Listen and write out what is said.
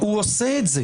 הוא עושה את זה.